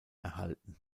erhalten